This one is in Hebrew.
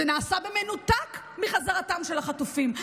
זה נעשה מנותק מחזרתם של החטופים.